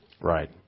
Right